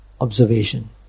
observation